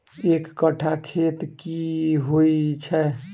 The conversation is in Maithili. एक कट्ठा खेत की होइ छै?